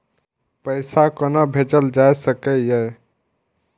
पैसा कोना भैजल जाय सके ये